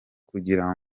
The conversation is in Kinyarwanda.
kugira